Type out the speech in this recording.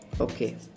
okay